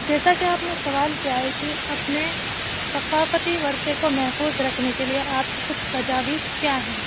جیسا کہ آپ نے سوال کیا ہے کہ اپنے ثقافتی ورثے کو محفوظ رکھنے کے لیے آپ کی کچھ تجاویز کیا ہیں